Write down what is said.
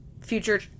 future